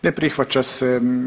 Ne prihvaća se.